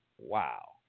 wow